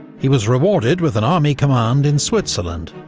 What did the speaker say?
he was rewarded with an army command in switzerland,